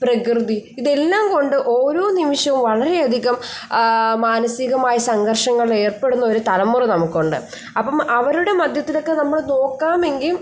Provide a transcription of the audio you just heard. പ്രകൃതി ഇതെല്ലാംകൊണ്ട് ഓരോ നിമിഷവും വളരെ അധികം മാനസികമായി സംഘർഷങ്ങൾ ഏർപ്പെടുന്ന ഒരു തലമുറ നമുക്കുണ്ട് അപ്പം അവരുടെ മധ്യത്തിലൊക്കെ നമ്മൾ നോക്കാമെങ്കിൽ